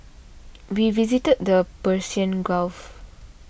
we visited the Persian Gulf